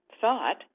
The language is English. thought